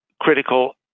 critical